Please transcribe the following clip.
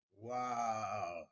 wow